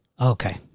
Okay